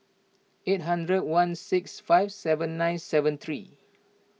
eight hundred one six five seven nine seven three